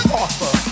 offer